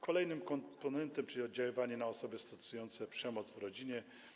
Kolejny komponent czy oddziaływanie na osoby stosujące przemoc w rodzinie.